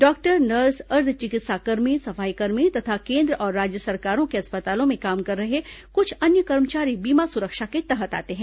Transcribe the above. doctor nurse अर्ध चिकित्साकर्मी सफाईकर्मी तथा केन्द्र और राज्य सरकारों के अस्पतालों में काम कर रहे कुछ अन्य कर्मचारी बीमा सुरक्षा के तहत आते हैं